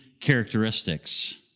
characteristics